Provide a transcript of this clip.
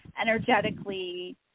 energetically